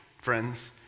friends